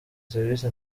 serivisi